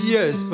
Yes